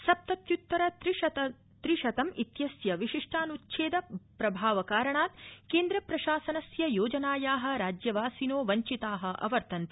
सप्तत्यृत्तर त्रि शतमित्यस्य विशिष्टानुच्छेद प्रभावकारणातु केन्द्रप्रशासनस्य योजनाया राज्यवासिनो वंचिता अवर्तन्त